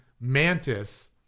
Mantis